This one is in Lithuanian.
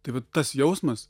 tai va tas jausmas